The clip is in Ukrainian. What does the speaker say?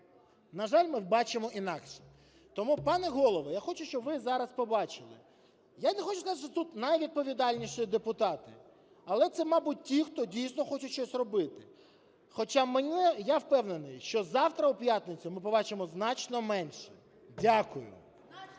На жаль, ми бачимо інакше. Тому, пане Голово, я хочу, щоб ви зараз побачили, я не хочу сказати, що тут найвідповідальніші депутати, але це мабуть ті, хто дійсно хоче щось робити. Хоча мене… я впевнений, що завтра у п'ятницю ми побачимо значно менше. Дякую.